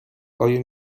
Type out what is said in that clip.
آیا